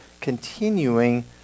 continuing